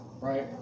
Right